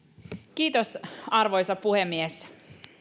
kiitos arvoisa puhemies te